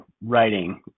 writing